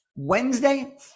Wednesday